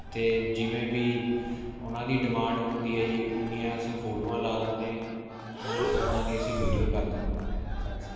ਅਤੇ ਜਿਵੇਂ ਵੀ ਉਹਨਾਂ ਦੀ ਡਿਮਾਂਡ ਹੁੰਦੀ ਹੈ ਜੀ ਉੱਨੀਆਂ ਅਸੀਂ ਫੋਟੋਆਂ ਲਾ ਦਿੰਦੇ ਹਨ ਉੱਦਾਂ ਦੀ ਅਸੀਂ ਵੀਡੀਓ ਕਰ ਦਿੰਦੇ ਕਰ ਦਿੰਦੇ